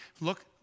Look